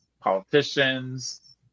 politicians